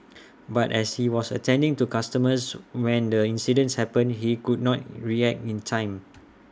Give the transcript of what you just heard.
but as he was attending to customers when the incident happened he could not react in time